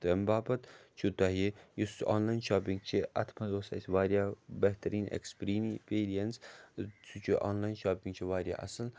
تَمہِ باپَتھ چھُ تۄہہِ یُس آنلایَن شاپِنٛگ چھِ اَتھ منٛز اوس اَسہِ واریاہ بہتریٖن اٮ۪کٕسپِری پیٖرِیَنس سُہ چھُ آنلایَن شاپِنٛگ چھِ واریاہ اَصٕل